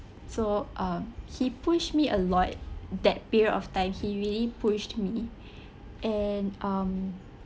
so um he push me a lot that period of time he really pushed me and um